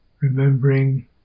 Remembering